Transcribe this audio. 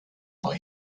boy